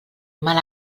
mal